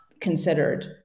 considered